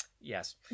Yes